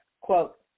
quote